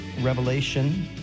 Revelation